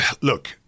Look